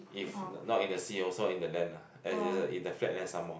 if not in the sea also in the land ah as in the flat land some more